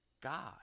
god